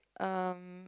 um